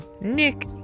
Nick